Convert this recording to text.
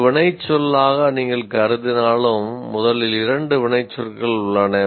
ஒரு வினைச்சொல்லாக நீங்கள் கருதினாலும் முதலில் 2 வினைச்சொற்கள் உள்ளன